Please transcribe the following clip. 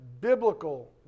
biblical